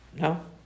No